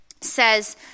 Says